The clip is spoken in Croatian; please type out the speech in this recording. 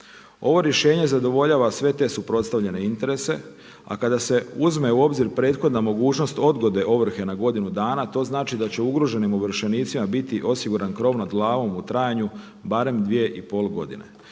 Ovo rješenje zadovoljava sve te suprotstavljene interese. A kada se uzme u obzir prethodna mogućnost odgode ovrhe na godinu dana. To znači da će ugroženim ovršenicima biti osiguran krov nad glavom u trajanju barem dvije i pol godine.